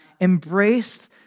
embraced